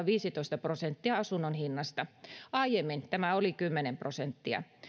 viisitoista prosenttia asunnon hinnasta aiemmin tämä oli kymmenen prosenttia